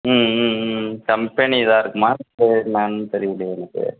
ம் ம் ம் ம் கம்பெனி இதாக இருக்குமா இல்லை என்னென்னு தெரியலையே எனக்கு